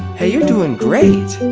hey, you're doing great!